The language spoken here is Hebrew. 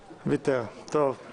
מוותר, סיימתי את ההתייעצות הסיעתית.